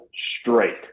straight